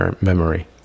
memory